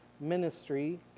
ministry